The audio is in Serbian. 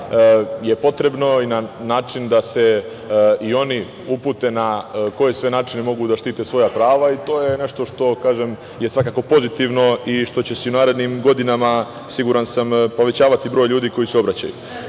je potrebno i na način da se i oni upute na koje sve načine mogu da štite svoja prava. To je nešto što je svakako pozitivno i što će se i u narednim godinama siguran sam, povećavati broj ljudi koji se